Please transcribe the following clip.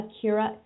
Akira